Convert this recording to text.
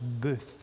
booth